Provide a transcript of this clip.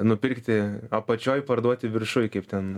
nupirkti apačioj parduoti viršuj kaip ten